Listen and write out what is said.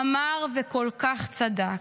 אמר וכל כך צדק.